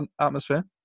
atmosphere